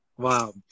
Wow